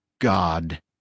God